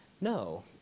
no